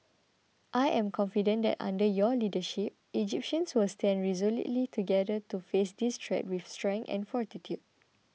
I am confident that under your leadership Egyptians will stand resolutely together to face this threat with strength and fortitude